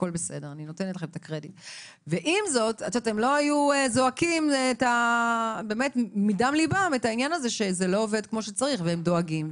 הם לא היו זועקים מדם ליבם שזה לא עובד כמו שצריך והם דואגים,